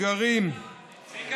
גרים שם.